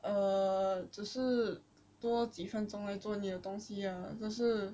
err 只是多几分钟来做你的东西 ah 可是